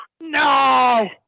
No